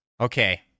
Okay